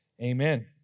Amen